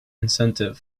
incentive